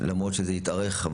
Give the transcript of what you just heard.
למרות שזה התארך.